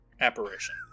apparition